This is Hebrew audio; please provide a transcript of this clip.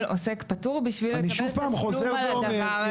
עוסק פטור בשביל לקבל תשלום על הדבר הזה.